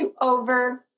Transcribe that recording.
over